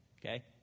Okay